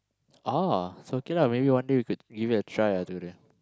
oh so okay lah maybe we could give it a try ah together